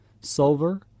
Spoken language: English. silver